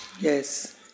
Yes